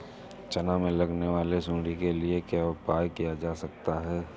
चना में लगने वाली सुंडी के लिए क्या उपाय किया जा सकता है?